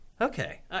Okay